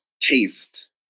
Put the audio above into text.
taste